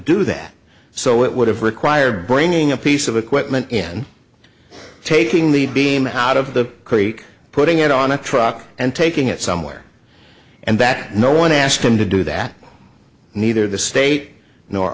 do that so it would have required bringing a piece of equipment in taking the beam out of the creek putting it on a truck and taking it somewhere and that no one asked him to do that neither the state nor